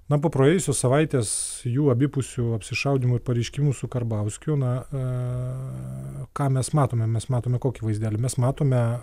na po praėjusios savaitės jų abipusių apsišaudymų ir pareiškimų su karbauskiu na ką mes matome mes matome kokį vaizdelį mes matome